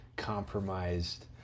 compromised